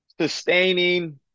sustaining